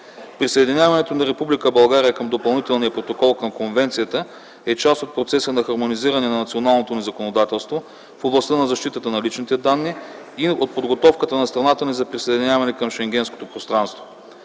Присъединяването на Република България към Допълнителния протокол към Конвенцията е част от процеса на хармонизиране на националното ни законодателство в областта на защитата на личните данни и от подготовката на страната ни за присъединяването към Шенгенското пространство.